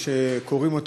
מה שקוראים "אובר".